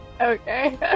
Okay